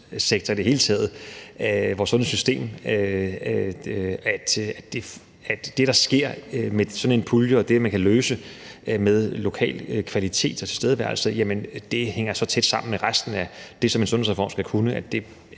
i det hele taget, at det, der sker med sådan en pulje, og det, man kan løse i forhold til den lokale kvalitet og tilstedeværelse, hænger så tæt sammen med resten af det, som en sundhedsreform skal kunne, at det